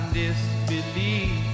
disbelief